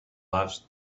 lives